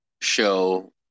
show